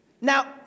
Now